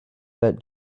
that